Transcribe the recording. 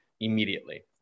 immediately